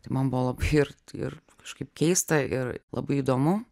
tai man buvo labai ir ir kažkaip keista ir labai įdomu